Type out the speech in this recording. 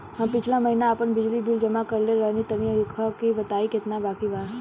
हम पिछला महीना आपन बिजली बिल जमा करवले रनि तनि देखऽ के बताईं केतना बाकि बा?